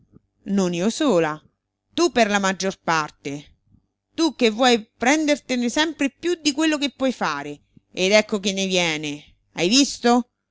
non io sola tu per la maggior parte tu che vuoi prendertene sempre più di quello che puoi fare ed ecco che ne viene hai visto